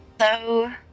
Hello